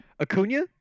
Acuna